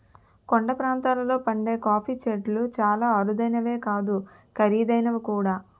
కొండ ప్రాంతాల్లో పండే కాఫీ చెట్లు చాలా అరుదైనవే కాదు ఖరీదైనవి కూడా